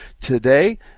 Today